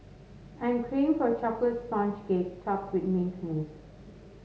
I'm craving for a chocolate sponge cake topped with mint mousse